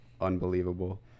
unbelievable